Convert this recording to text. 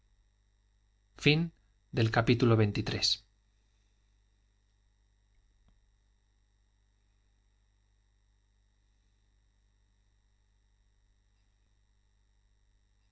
fin del cual